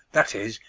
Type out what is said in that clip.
that is,